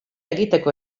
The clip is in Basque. egiteko